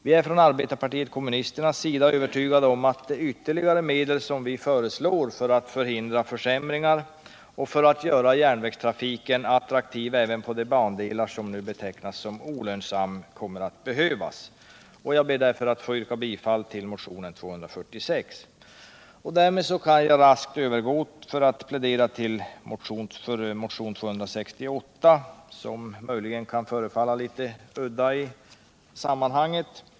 Vi i arbetarpartiet kommunisterna är övertygade om att de ytterligare medel som vi föreslår för att förhindra försämringar och för att göra järnvägstrafiken attraktiv även på de bandelar som nu betecknas som olönsamma kommer att behövas. Jag ber därför, herr talman, att få yrka bifall till motionen 246. Därmed kan jag raskt övergå till att plädera för motionen 268, som möjligen kan förefalla litet udda i sammanhanget.